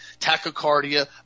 tachycardia